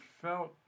felt